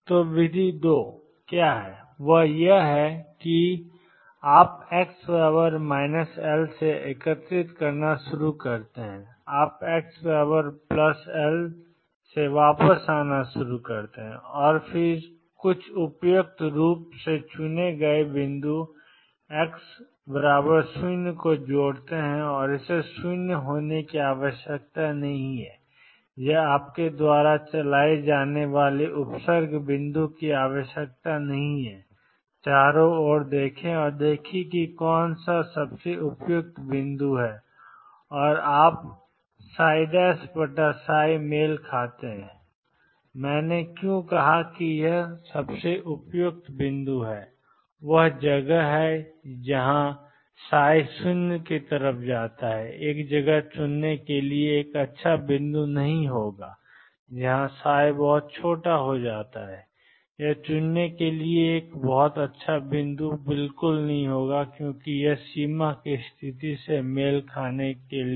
तो विधि दो जो यह थी कि आप x L से एकीकृत करना शुरू करते हैं आप xL से वापस आना शुरू करते हैं और फिर कुछ उपयुक्त रूप से चुने गए बिंदु x 0 को जोड़ते हैं इसे 0 होने की आवश्यकता नहीं है यह आपके द्वारा चलाए जाने वाले उपसर्ग बिंदु की आवश्यकता नहीं है चारों ओर देखें और देखें कि कौन सा सबसे उपयुक्त बिंदु है और आप मेल खाते हैं मैंने क्यों कहा कि यह सबसे उपयुक्त बिंदु है वह जगह है जहां ψ→0 एक जगह चुनने के लिए एक अच्छा बिंदु नहीं होगा जहां बहुत छोटा हो जाता है यह चुनने के लिए एक अच्छा बिंदु नहीं होगा सीमा की स्थिति से मेल खाने के लिए